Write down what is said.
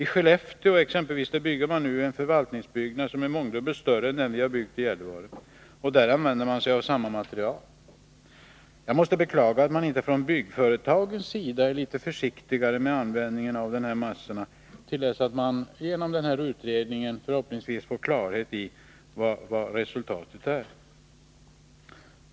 I Skellefteå bygger man exempelvis en förvaltningsbyggnad som är mångdubbelt större än den vi har byggt i Gällivare, och där används samma material. Jag måste beklaga att inte byggföretagen är litet försiktigare med användningen av den här typen av golvmassa till dess utredningen — förhoppningsvis — ger klarhet i vad som är orsaken till besvären.